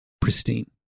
pristine